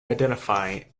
identify